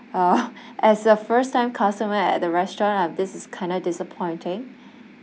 uh as a first time customer at the restaurant um this is kinda disappointing